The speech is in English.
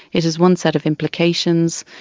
it has one set of implications.